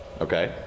Okay